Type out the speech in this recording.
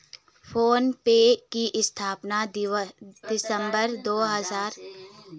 phone पे की स्थापना दिसंबर दो हजार पन्द्रह में समीर निगम, राहुल चारी और बुर्जिन इंजीनियर ने की थी